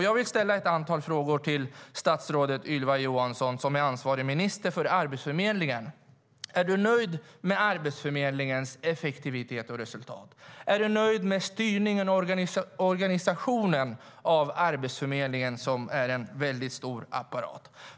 Jag vill ställa ett antal frågor till statsrådet Ylva Johansson som är ansvarig minister när det gäller Arbetsförmedlingen. Är du nöjd med Arbetsförmedlingens effektivitet och resultat? Är du nöjd med styrningen och organisationen av Arbetsförmedlingen, som är en väldigt stor apparat?